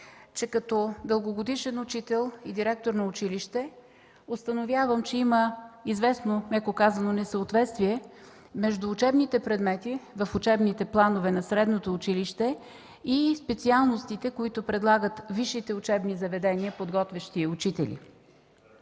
че като дългогодишен учител и директор на училище установявам, че има известно, меко казано, несъответствие между учебните предмети в учебните планове на средното училище и специалностите, които предлагат висшите учебни заведения, подготвящи учители.